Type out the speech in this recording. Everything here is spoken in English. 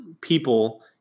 people